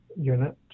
unit